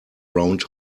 round